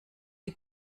les